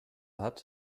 hat